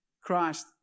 Christ